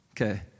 Okay